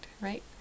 right